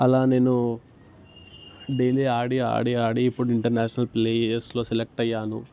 అలా నేను డైలీ ఆడి ఆడి ఆడి ఇప్పుడు ఇంటర్నేషనల్ ప్లేయర్స్లో సెలెక్ట్ అయ్యాను